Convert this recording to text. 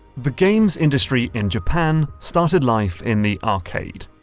the games industry in japan started life in the arcade.